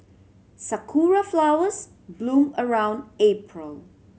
sakura flowers bloom around April